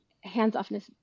hands-offness